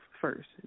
first